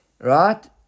right